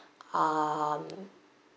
um